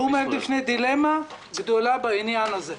-- הוא עומד לפני דילמה גדולה בעניין הזה.